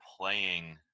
playing